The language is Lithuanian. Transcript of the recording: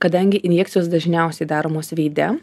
kadangi injekcijos dažniausiai daromos veide